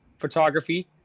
photography